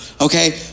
okay